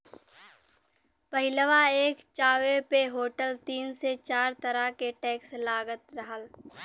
पहिलवा एक चाय्वो पे होटल तीन से चार तरह के टैक्स लगात रहल